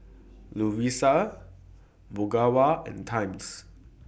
Lovisa Ogawa and Times